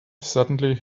suddenly